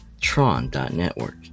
Tron.network